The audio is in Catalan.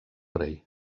rei